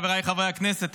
חבריי חברי הכנסת,